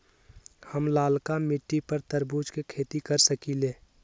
हम लालका मिट्टी पर तरबूज के खेती कर सकीले?